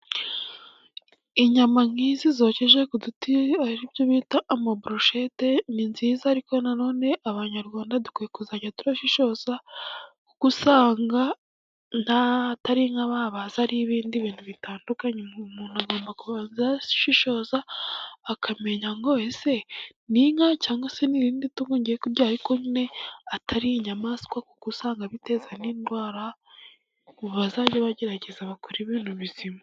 Inyama nk'izo zokeje ku duti ari byo bita amaburujete ni nziza ariko nanone abanyarwanda dukwiye kuzajya turashishoza kuko usanga atari inka babaze ari ibindi bintu bitandukanye. Umuntu agomba kubanza gushishoza akamenya ngo ese ni inka cyangwa se ni irindi tungo tugiye kurya ariko ibyo ariko atari inyamaswa kuko usanga biteza n'indwara. Bazajye bagerageza bakore ibintu bizima.